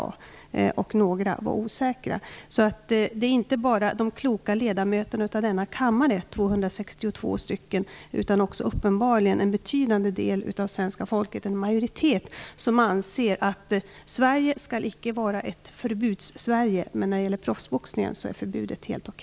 Några var osäkra. Det är inte bara de kloka ledamöterna av denna kammare, 262 stycken, utan också uppenbarligen en betydande del av svenska folket, en majoritet, som anser att Sverige icke skall vara ett Förbudssverige men att när det gäller proffsboxningen är förbudet helt OK.